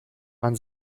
man